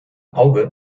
auge